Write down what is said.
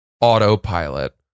autopilot